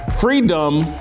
Freedom